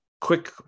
quick